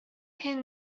hyn